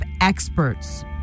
experts